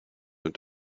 und